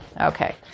Okay